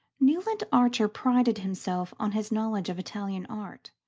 newland archer prided himself on his knowledge of italian art.